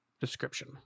description